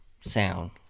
sound